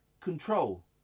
control